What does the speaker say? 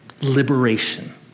liberation